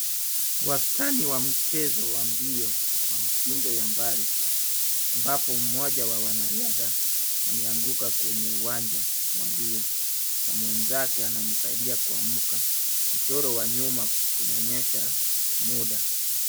Wastani wa mchezo wa mbio wa mtindo ya mbali ambapo mmoja wa wanariadha amenguka kwenye uwanja wa mbio na mwenzake anamsaidia kuamka. Mchoro wa nyuma kunaonyesha muda.